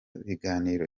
biganiro